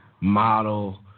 model